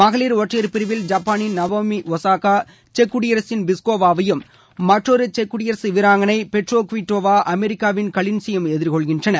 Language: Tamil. மகளிர் ஒற்றையர் பிரிவில் ஜப்பானின் நவோமி ஒசாகா செக்குடியரசின் பிஸ்கோவாவையும் மற்றொரு செக் குடியரசு வீராங்கணை பெட்ரா குவிட்டோவா அமெரிக்காவின் கோலின்சையும் எதிர்கொள்கின்றனர்